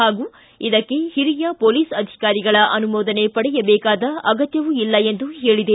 ಹಾಗೂ ಇದಕ್ಕೆ ಹಿರಿಯ ಮೊಲೀಸ್ ಅಧಿಕಾರಿಗಳ ಅನುಮೋದನೆ ಪಡೆಯಬೇಕಾದ ಅಗತ್ತವೂ ಇಲ್ಲ ಎಂದು ಹೇಳಿದೆ